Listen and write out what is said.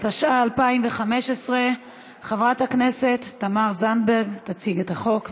התשע"ה 2015. חברת הכנסת תמר זנדברג תציג את הצעת החוק.